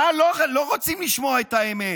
אבל לא רוצים לשמוע את האמת,